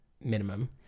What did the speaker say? minimum